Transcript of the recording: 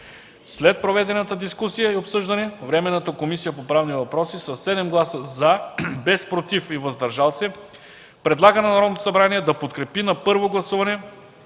След проведената дискусия и обсъждане Временната комисия по правни въпроси със 7 гласа „за”, без „против” и „въздържал се” предлага на Народното събрание да подкрепи на първо гласуване